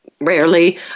Rarely